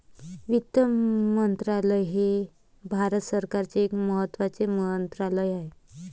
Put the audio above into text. वित्त मंत्रालय हे भारत सरकारचे एक महत्त्वाचे मंत्रालय आहे